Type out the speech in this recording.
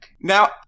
Now